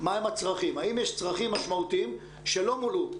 האם יש צרכים משמעותיים שלא מולאו?